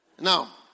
Now